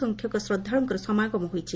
ସଂଖ୍ୟକ ଶ୍ରଦ୍ଧାଳୁଙ୍କ ସମାଗମ ହୋଇଛି